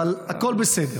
אבל הכול בסדר.